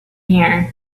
here